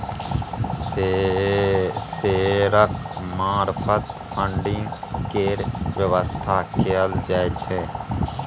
शेयरक मार्फत फडिंग केर बेबस्था कएल जाइ छै